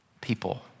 people